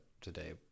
today